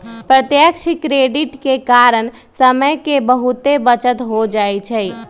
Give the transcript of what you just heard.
प्रत्यक्ष क्रेडिट के कारण समय के बहुते बचत हो जाइ छइ